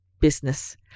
business